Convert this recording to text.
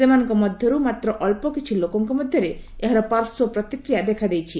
ସେମାନଙ୍କ ମଧ୍ୟରୁ ମାତ୍ର ଅଳ୍ପ କିଛି ଲୋକଙ୍କ ମଧ୍ୟରେ ଏହାର ପାର୍ଶ୍ୱ ପ୍ରତିକ୍ରିୟା ଦେଖାଦେଇଛି